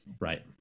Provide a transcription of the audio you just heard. Right